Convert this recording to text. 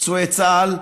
פצועי צה"ל,